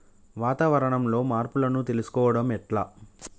వాతావరణంలో మార్పులను తెలుసుకోవడం ఎట్ల?